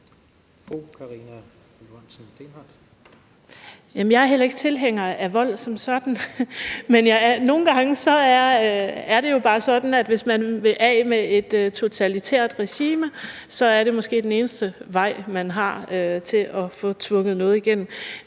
Jeg er heller ikke tilhænger af vold som sådan, men nogle gange er det jo bare sådan, at hvis man vil af med et totalitært regime, så er det måske det eneste middel, man har, til at få tvunget noget igennem.